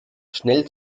schnell